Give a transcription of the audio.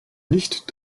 nicht